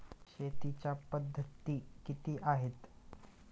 शेतीच्या पद्धती किती आहेत?